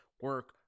Work